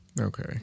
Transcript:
Okay